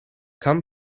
come